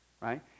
right